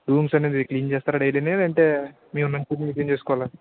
rooms అనేది clean చేస్తారా daily లేదంటే మేమే క్లీన్ చేసుకోవాలా